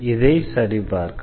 இதை சரிபார்க்கலாம்